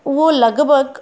उहो लॻिभॻि